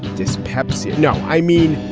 dyspepsia. no, i mean,